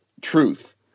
truth